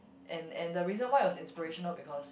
and and the reason why it was inspirational because